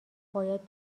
باید